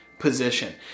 position